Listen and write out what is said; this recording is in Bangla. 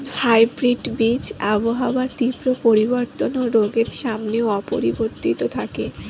হাইব্রিড বীজ আবহাওয়ার তীব্র পরিবর্তন ও রোগের সামনেও অপরিবর্তিত থাকে